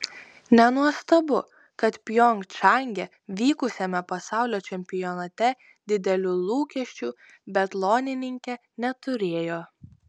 nenuostabu kad pjongčange vykusiame pasaulio čempionate didelių lūkesčių biatlonininkė neturėjo